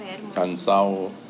cansado